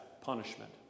punishment